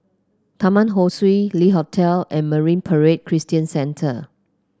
Taman Ho Swee Le Hotel and Marine Parade Christian Centre